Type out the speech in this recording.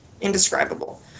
indescribable